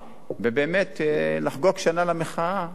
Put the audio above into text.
ובאמת לחגוג שנה למחאה,